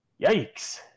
yikes